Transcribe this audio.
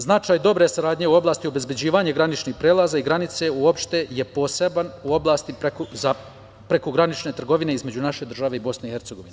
Značaj dobre saradnje u oblasti obezbeđivanja graničnih prelaza i granice uopšte je poseban u oblasti prekogranične trgovine između naše države i BiH.